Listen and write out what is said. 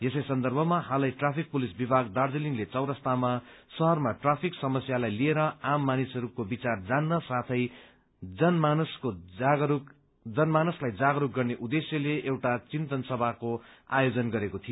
यसै सन्दर्भमा हालै ट्राफिक पुलिस विभाग दार्जीलिङले चौरास्तामा शहरमा ट्राफिक समस्यालाई लिएर आम मानिसहरूको विचार जान्न साथै जनमानसलाई जागरूक गर्ने उद्देश्यले एउटा चिन्तन सभाको आयोजन गरेको थियो